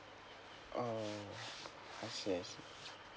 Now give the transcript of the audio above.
oh I see I see